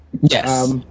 Yes